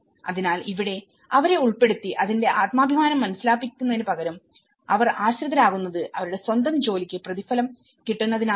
അതിനാൽ ഇവിടെ അവരെ ഉൾപ്പെടുത്തി അതിന്റെ ആത്മാഭിമാനം മനസ്സിലാക്കിപ്പിക്കുന്നതിന് പകരം അവർ ആശ്രിതരാകുന്നത് അവരുടെ സ്വന്തം ജോലിക്ക് പ്രതിഫലം കിട്ടുന്നതിനാലാണ്